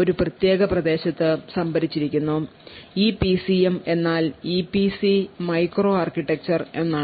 ഒരു പ്രത്യേക പ്രദേശത്ത് സംഭരിച്ചിരിക്കുന്നു ഇപിസിഎം എന്നാൽ ഇപിസി മൈക്രോ ആർക്കിടെക്ചർ എന്നാണ്